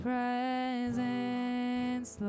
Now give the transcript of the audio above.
presence